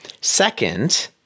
Second